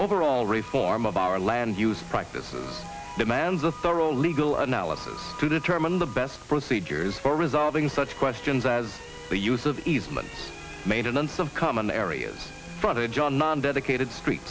overall reform of our land use practices demands a thorough legal analysis to determine the best procedures for resolving such questions as the use of easement maintenance of common areas frontage on non dedicated street